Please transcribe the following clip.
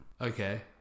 Okay